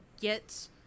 get